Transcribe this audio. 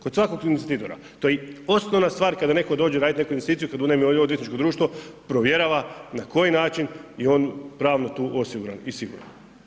Kod svakog investitora, to je osnovna stvar kada netko dođe raditi neku investiciju kad unajmi odvjetničko društvo provjerava na koji način je on pravno tu osiguran i siguran.